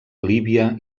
líbia